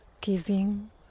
giving